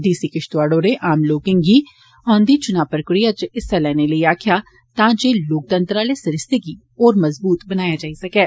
D C Kishtwar होरें आम लोकें गी औनी चुना प्रक्रिया च हिस्सा लैने लेई आक्खेआ तां जे लोकतंत्र आले सरिस्ते गी मज़बूत बनाया जाई सकै